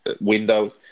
window